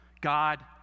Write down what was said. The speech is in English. God